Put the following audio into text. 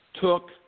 took